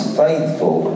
faithful